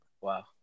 wow